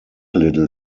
little